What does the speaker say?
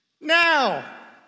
Now